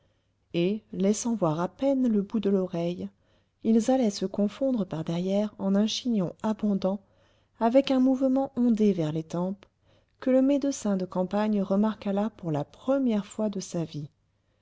et laissant voir à peine le bout de l'oreille ils allaient se confondre par derrière en un chignon abondant avec un mouvement ondé vers les tempes que le médecin de campagne remarqua là pour la première fois de sa vie